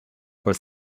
for